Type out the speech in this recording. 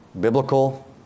biblical